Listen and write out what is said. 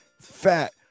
fat